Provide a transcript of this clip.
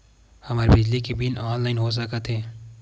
हमर बिजली के बिल ह ऑनलाइन हो सकत हे?